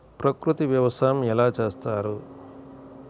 ప్రకృతి వ్యవసాయం ఎలా చేస్తారు?